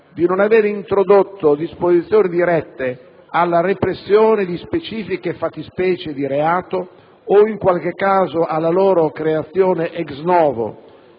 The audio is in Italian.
di non avere introdotto disposizioni dirette alla repressione di specifiche fattispecie di reato o in qualche caso alla loro creazione *ex novo*,